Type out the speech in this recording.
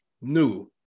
new